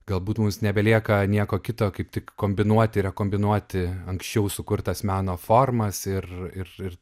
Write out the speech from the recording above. galbūt mūsų nebelieka nieko kito kaip tik kombinuoti rekombinuoti anksčiau sukurtas meno formas ir ir